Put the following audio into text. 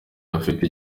afite